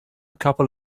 couple